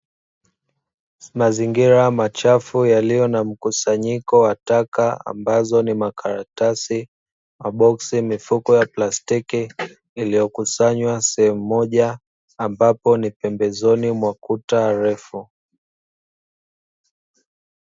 Mazingira machafu yaliyo na mkusanyiko wa taka ambazo ni karatasi, maboksi, mifuko ya plastiki iliyokisanywa sehemu moja ambayo ni pembezoni mwa kuta refu.